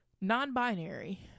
non-binary